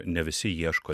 ne visi ieško